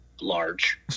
large